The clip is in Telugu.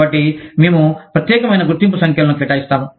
కాబట్టి మేము ప్రత్యేకమైన గుర్తింపు సంఖ్యలను కేటాయిస్తాము